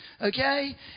Okay